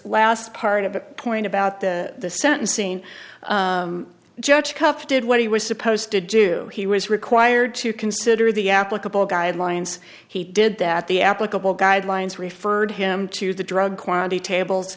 last part of the point about the sentencing judge cup did what he was supposed to do he was required to consider the applicable guidelines he did that the applicable guidelines referred him to the drug quality tables